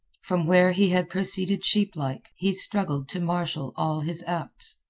from where he had proceeded sheeplike, he struggled to marshal all his acts.